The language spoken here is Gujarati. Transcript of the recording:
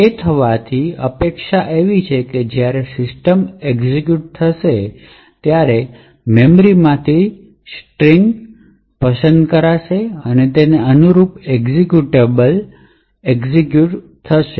જે થવાની અપેક્ષા છે તે એ છે કે જ્યારે સિસ્ટમ એક્ઝેક્યુટ કરે છે ત્યારે તે મેમરીમાંથી સ્ટ્રિંગ પસંદ કરશે અને તે અનુરૂપ એક્ઝેક્યુટેબલને એક્ઝેક્યુટ કરશે